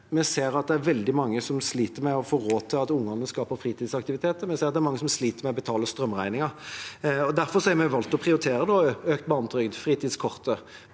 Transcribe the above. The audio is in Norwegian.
Vi ser at det er veldig mange som sliter med å få råd til ungenes fritidsaktiviteter. Vi ser at det er mange som sliter med å betale strømregningen. Derfor har vi valgt å prioritere økt barnetrygd, fritidskortet